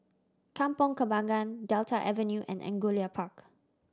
Kampong Kembangan Delta Avenue and Angullia Park